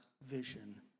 vision